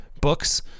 books